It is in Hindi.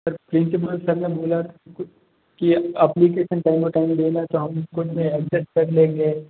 सर प्रिन्सिपल प्रिन्सिपल सर ने बोला कुछ की अप्लिकेसन टाइम टू टाइम देना तो हम खुद मैं एडजस्ट कर लेंगे